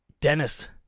Dennis